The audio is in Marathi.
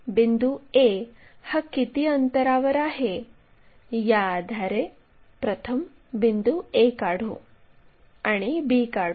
मग XY लाईनला समांतर अशी 60 मिमी लांबीची p q आणि p q लाईन काढा